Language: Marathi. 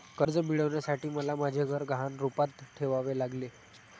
कर्ज मिळवण्यासाठी मला माझे घर गहाण रूपात ठेवावे लागले